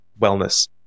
wellness